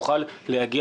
מה אתה אוכל את החקלאים?